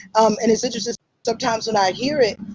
and it's interesting sometimes, when i hear it.